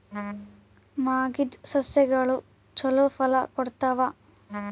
ಮಾಗಿದ್ ಸಸ್ಯಗಳು ಛಲೋ ಫಲ ಕೊಡ್ತಾವಾ?